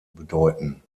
bedeuten